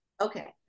Okay